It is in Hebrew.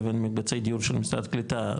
לבין מקבצי דיור של משרד הקליטה,